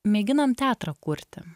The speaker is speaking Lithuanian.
mėginam teatrą kurti